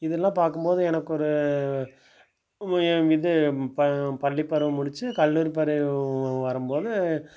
இதெல்லாம் பார்க்கும்போது எனக்கு ஒரு இது ப பள்ளிப்பருவம் முடிச்சு கல்லூரி பருவம் வரும்போது